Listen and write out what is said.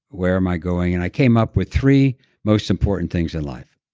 where am i going? and i came up with three most important things in life